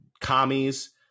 commies